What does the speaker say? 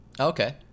Okay